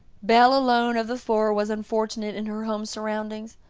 belle alone, of the four, was unfortunate in her home surroundings.